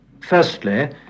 Firstly